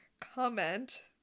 comment